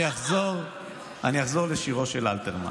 אני אחזור לשירו של אלתרמן.